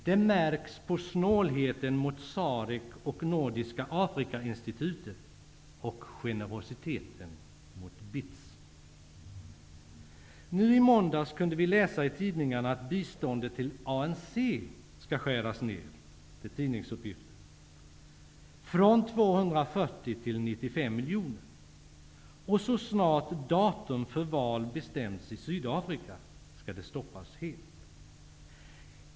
Det märks på snålheten mot SAREC och Nordiska Afrikainstitutet och generositeten mot I måndags kunde vi läsa i tidningarna att biståndet till ANC skall skäras ner från 240 miljoner till 95 miljoner och det skall stoppas helt så snart datum för val bestämts i Sydafrika.